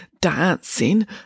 dancing